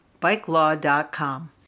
BikeLaw.com